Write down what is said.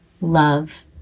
love